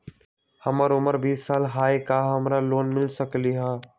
हमर उमर बीस साल हाय का हमरा लोन मिल सकली ह?